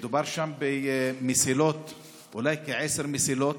מדובר שם אולי בעשר מסילות.